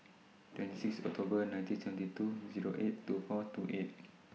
twenty six October nineteen seventy two Zero eight two four two eight